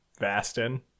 Vastin